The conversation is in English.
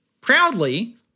proudly